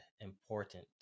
important